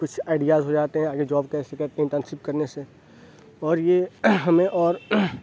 کچھ آئیڈیاز ہوجاتے ہیں آگے جاپ کیسے کرتے ہیں انٹرنشپ کرنے سے اور یہ ہمیں اور